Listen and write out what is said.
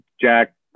Jack